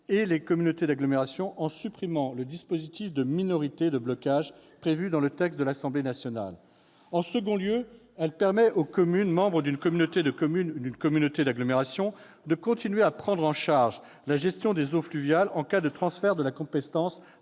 et les communautés d'agglomération, en supprimant le dispositif de minorité de blocage prévu dans le texte de l'Assemblée nationale. En second lieu, elle a souhaité permettre aux communes membres d'une communauté de communes ou d'une communauté d'agglomération de continuer à prendre en charge la gestion des eaux pluviales en cas de transfert de la compétence